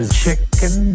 chicken